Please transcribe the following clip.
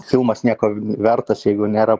filmas nieko vertas jeigu nėra